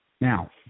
Now